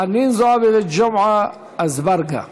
חנין זועבי וג'מעה אזברגה.